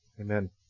Amen